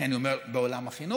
לכן אני אומר בעולם החינוך,